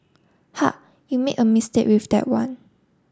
ha you made a mistake with that one